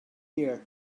here